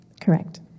Correct